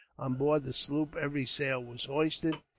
on board the sloop every sail was hoisted,